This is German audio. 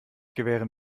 gewähren